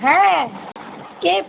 হ্যাঁ কে